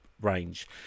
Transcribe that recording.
range